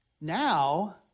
Now